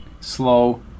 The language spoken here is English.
slow